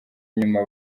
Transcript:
nyuma